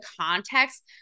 context